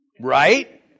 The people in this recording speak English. Right